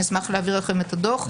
אני אשמח להעביר לכם את הדוח.